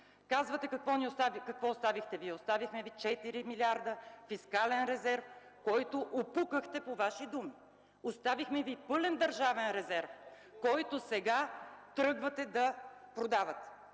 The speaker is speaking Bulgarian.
Казвате: „Какво оставихте вие?” – оставихме Ви 4 милиарда фискален резерв, който „опукахте”, по Ваши думи. Оставихме Ви пълен държавен резерв, който сега тръгвате да продавате.